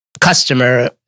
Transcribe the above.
customer